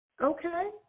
Okay